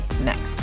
next